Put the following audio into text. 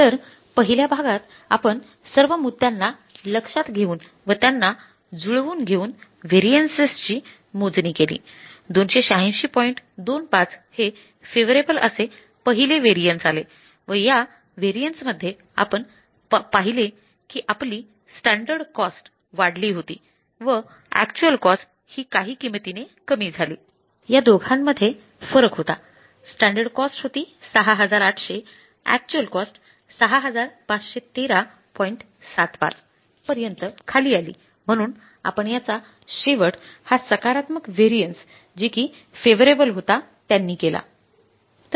तर पहिल्या भागात आपण सर्व मुद्द्यांना लक्षात घेऊन व त्यांना जुळवून घेऊन व्हॅरियन्ससची जो कि फेव्हरेबल होता त्यांनी केला